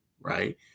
right